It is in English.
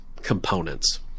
components